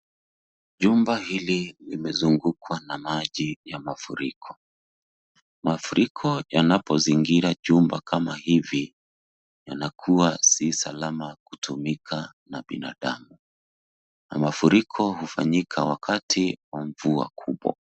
Jumba hili limezungukwa na maji ya mafuriko . Mazingira yanapozingira jumba kama hili yanakuwa si salama kutumika na binadamu na mafuriko hufanyika wakati wa mvua kubwa.